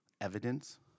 evidence